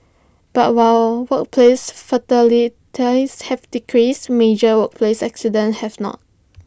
but while workplace fatalities have decreased major workplace accidents have not